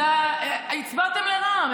הצבעתם לרע"מ.